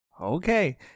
Okay